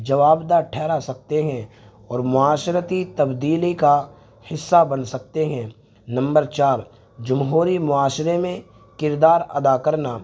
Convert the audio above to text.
جواب دہ ٹھہرا سکتے ہیں اور معاشرتی تبدیلی کا حصہ بن سکتے ہیں نمبر چار جمہوری معاشرے میں کردار ادا کرنا